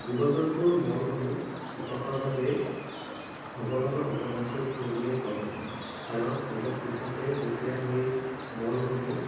জীৱ জন্তুৰ মলসমূহ কৃষকৰ বাবে ভগৱানৰ উপহাৰতকৈ কোনো গুণেই কম নহয় কাৰণ এজন কৃষকে যেতিয়া সেই মলসমূহ